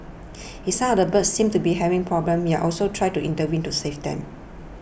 if some of the birds seem to be having problems you are also try to intervene to save them